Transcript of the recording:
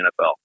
NFL